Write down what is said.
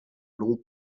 long